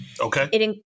Okay